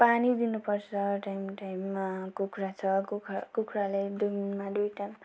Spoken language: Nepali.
पानी दिनुपर्छ टाइम टाइममा कुखुरा छ कुखुरा कुखुराले दिनमा दुई टाइम